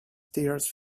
tears